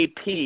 AP